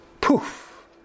poof